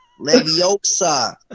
Leviosa